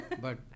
but-